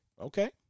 Okay